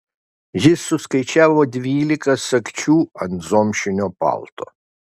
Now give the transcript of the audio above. jis suskaičiavo dvylika sagčių ant zomšinio palto